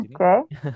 Okay